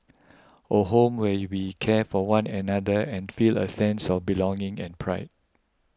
a home where you be care for one another and feel a sense of belonging and pride